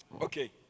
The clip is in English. Okay